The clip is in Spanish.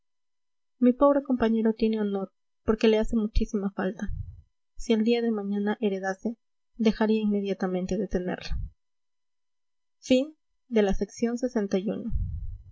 mi pobre compañero tiene honor porque le hace muchísima falta si el día de mañana heredase dejaría inmediatamente de tenerlo la